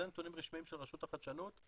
אלה נתונים רשמיים של רשות החדשנות,